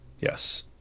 Yes